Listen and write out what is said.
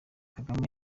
kagame